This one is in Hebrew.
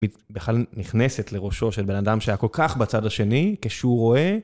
בכלל נכנסת לראשו של בן אדם שהיה כל כך בצד השני, כשהוא רואה...